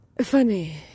funny